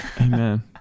Amen